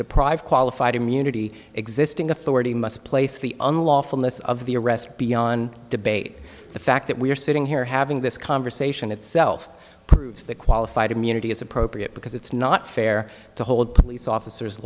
deprive qualified immunity existing authority must place the unlawfulness of the arrest beyond debate the fact that we're sitting here having this conversation itself proves that qualified immunity is appropriate because it's not fair to hold police officers